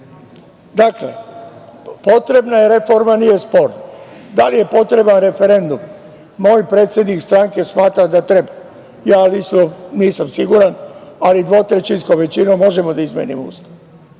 treba. Dakle, potrebna je reforma, nije sporno. Da li je potreban referendum? Moj predsednik stranke smatra da treba. Ja lično nisam siguran, ali dvotrećinskom većinom možemo da izmenimo Ustav